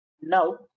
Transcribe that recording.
Now